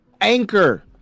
Anchor